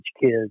kids